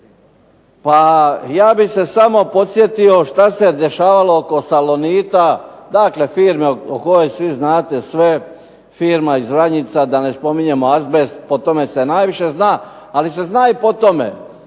Pa ja bih se samo podsjetio što se dešavalo oko Salonita, dakle firme o kojoj svi znate sve, firma iz Vranjica, da ne spominjemo azbest, o tome se najviše zna, ali se zna i po tome